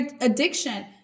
addiction